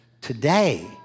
today